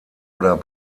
oder